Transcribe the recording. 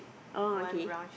oh okay